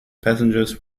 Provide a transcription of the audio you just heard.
passengers